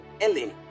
Ellen